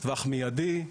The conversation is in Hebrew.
טווח מידי,